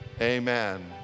Amen